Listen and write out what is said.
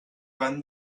van